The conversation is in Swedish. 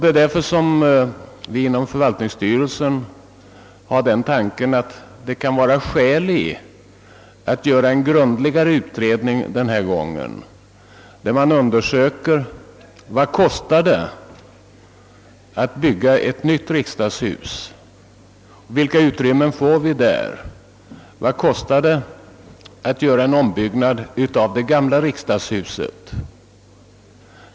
Det är därför man inom förvaltningsstyrelsen framfört tanken, att det kan vara skäl att göra en grundligare utredning denna gång och undersöka vad det kostar att bygga ett nytt riksdagshus, vilka utrymmen man där kan få, och vad det skulle kosta att göra en ombyggnad av det gamla riksdagshuset.